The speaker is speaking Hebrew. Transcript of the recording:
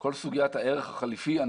כל סוגיית הערך החליפי,